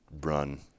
run